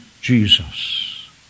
Jesus